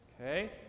okay